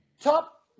top